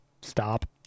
stop